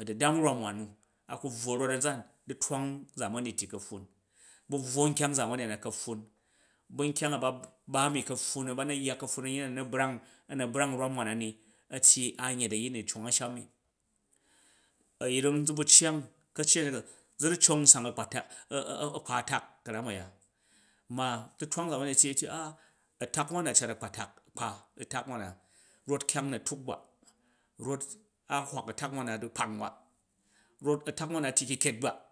a̱dudam rwam wan nu a ka bowo rot nzan, du̱twang zamani ti ka̱pffun bu̱ bvwo nkyang zamani na ka̱offun, bu̱ nkyang a ba ba ni ka̱pffun ba na yya ka̱pffun nnyi nu na̱ brang ana brang u rwam wan na ni, a̱tyyi an yet a̱yin nu a̱ cong a̱nsahm ni, a̱yring za buu cyang ka̱ccet, zu ru cong nsang a̱kpa̱tak a̱vpa tak, kara̱m a̱ya, ma du̱twang zamani tyei, a̱tak wan na a cat a̱kpatak kpa utak wan na rot kyang u na tuk ba, rof a hwak a̱tak han na di kpong ba rof a̱tak wan na a tyi kyikyet ba